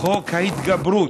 חוק ההתגברות,